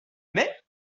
mais